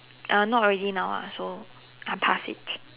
uh not really now ah so I'm past it